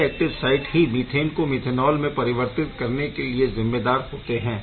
यह active site ही methane को मीथेनॉल में परिवर्तित करने के लिए जिम्मेदार होते है